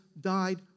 died